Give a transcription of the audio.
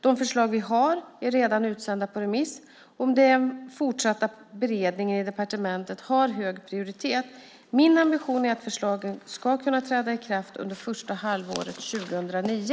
De förslag vi har är redan utsända på remiss, och den fortsatta beredningen i departementet har hög prioritet. Min ambition är att förslagen ska kunna träda i kraft under första halvåret 2009.